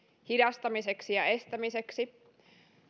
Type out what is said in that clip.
hidastamiseksi ja estämiseksi